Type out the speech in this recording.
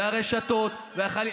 והרשתות והחיילים,